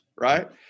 right